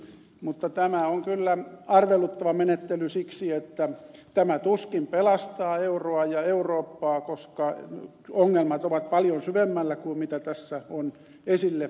mutta tämä on kyllä arveluttava menettely siksi että tämä tuskin pelastaa euroa ja eurooppaa koska ongelmat ovat paljon syvemmällä kuin mitä tässä on esille nostettu